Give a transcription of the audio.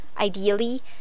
Ideally